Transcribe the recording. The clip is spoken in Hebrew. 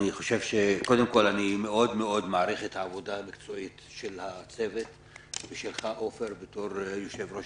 אני רוצה להודות על העבודה המקצועית של הצוות ושלך אדוני היושב-ראש